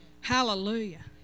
Hallelujah